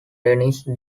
dennis